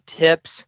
tips